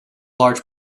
large